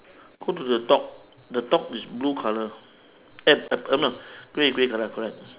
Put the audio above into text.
go to the dog the dog is blue colour eh uh no grey grey colour correct